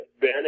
Ben